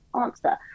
answer